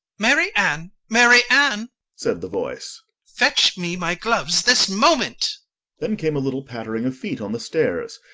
mary ann! mary ann said the voice. fetch me my gloves this moment then came a little pattering of feet on the stairs.